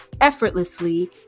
effortlessly